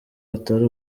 atari